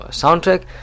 soundtrack